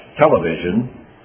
television